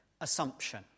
assumption